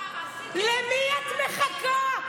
למי את מחכה?